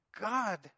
God